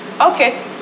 okay